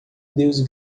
deus